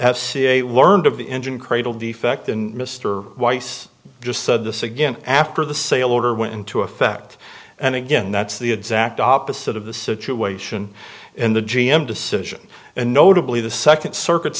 ca learned of the engine cradle defect and mr weiss just said this again after the sale order went into effect and again that's the exact opposite of the situation in the g m decision and notably the second circuit